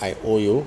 I owe you